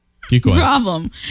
Problem